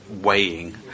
weighing